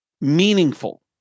meaningful